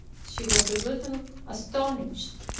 she was a little astonished,